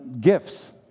gifts